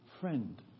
friend